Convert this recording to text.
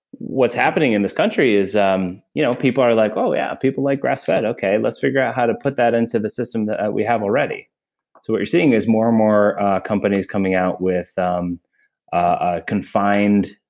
what's happening in this country is um you know people are like, oh yeah. people like grass-fed. okay. let's figure out how to put that into the system we have already. so what you're seeing is more and more companies coming out with um a confined,